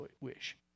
wish